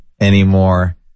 anymore